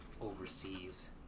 overseas